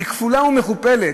שהיא כפולה ומכופלת,